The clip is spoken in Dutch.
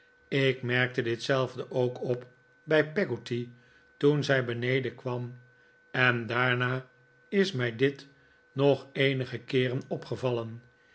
ik merkte ditzelfde ook op bij peggotty toen zij beneden kwam en daarna is mij dit nog eenige keeren opgevallen